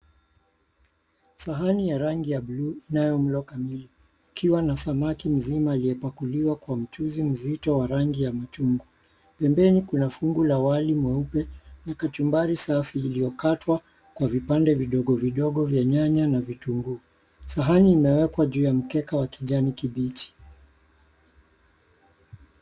Sahani ya rangi ya buluu, inayo mlo kamili ikiwa na samaki mzima aliyepakuliwa kwa mchuzi mzito wa rangi ya machungwa. Pembeni kuna fungu ya wali mweupe na kachumbari safi iliyokatwa kwa vipande vidogo vidogo vya nyanya na vitunguu. Sahani imewekwa juu ya mkeka wa kijani kibichi.